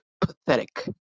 pathetic